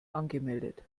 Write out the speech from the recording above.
angemeldet